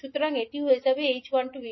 সুতরাং এটি হয়ে যাবে h12v2